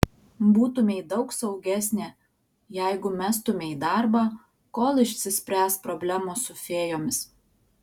būtumei daug saugesnė jeigu mestumei darbą kol išsispręs problemos su fėjomis